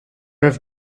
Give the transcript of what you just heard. have